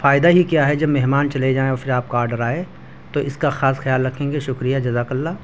فائدہ ہی کیا ہے جب مہمان چلے جائیں اور پھر آپ کا آرڈر آئے تو اس کا خاص خیال رکھیں گے شکریہ جزاک اللہ